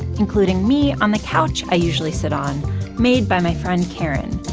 including me on the couch i usually sit on made by my friend karen.